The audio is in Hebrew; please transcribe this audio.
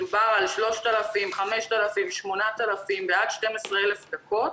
מדובר על 3,000, 5,000, 8,000 ועד 12,000 דקות.